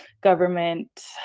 government